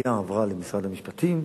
התביעה עברה למשרד המשפטים,